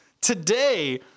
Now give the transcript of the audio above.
Today